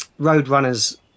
Roadrunner's